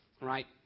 right